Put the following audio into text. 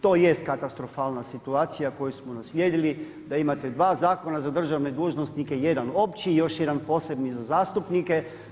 To jest katastrofalna situacija koju smo naslijedili da imate dva zakona za državne dužnosnike, jedan opći i još jedan posebni za zastupnike.